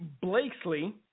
Blakesley